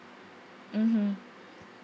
mmhmm